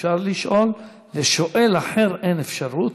אפשר לשאול, ולשואל אחר אין אפשרות.